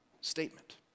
statement